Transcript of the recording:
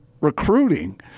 recruiting